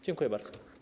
Dziękuję bardzo.